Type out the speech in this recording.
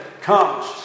comes